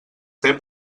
fer